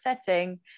setting